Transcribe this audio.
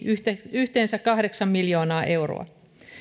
yhteensä kahdeksan miljoonaa euroa